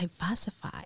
diversify